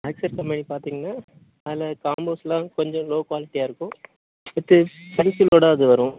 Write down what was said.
ஆக்ஸட் company பார்த்தீங்கன்னா அதில் காம்பஸ்லாம் கொஞ்சம் லோ குவாலிட்டியாக இருக்கும் வித்து பென்சிலோடு அது வரும்